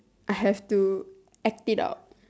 I have to act it out